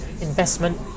investment